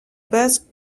base